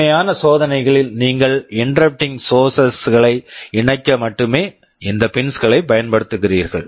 உண்மையான சோதனைகளில் நீங்கள் இன்டெரப்ட்டிங் சோர்ஸஸ் interrupt sources களை இணைக்க மட்டுமே இந்த பின்ஸ் pins களைப் பயன்படுத்துகிறீர்கள்